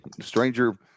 stranger